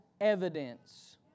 evidence